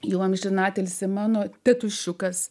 jau amžinatilsį mano tėtušiukas